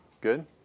good